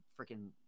freaking